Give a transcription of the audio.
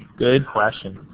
good question.